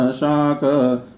shaka